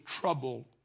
trouble